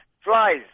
Flies